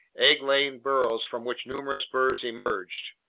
egg-laying burrows from which numerous birds emerged.